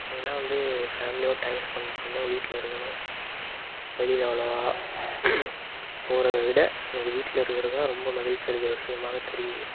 ஏன்னால் வந்து ஃபேம்லியோடு டைம் ஸ்பென்ட் பண்ணணும் வீட்டில் இருக்கணும் வெளியில் அவ்வளோவா போகிறத விட எனக்கு வீட்டில் இருக்கிறது தான் ரொம்ப மகிழ்ச்சி அளிக்கிற விஷயமாக தெரியுது